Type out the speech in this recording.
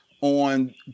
on